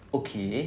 okay